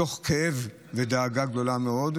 מתוך כאב ודאגה גדולה מאוד.